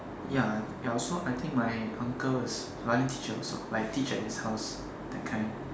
ya ya I also I think my uncle is violin teacher also like teach at his house that kind